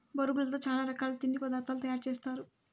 బొరుగులతో చానా రకాల తిండి పదార్థాలు తయారు సేస్తారు